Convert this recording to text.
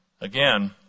Again